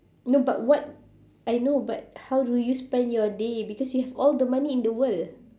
no but what I know but how do you spend your day because you have all the money in the world